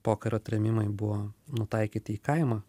pokario trėmimai buvo nutaikyti į kaimą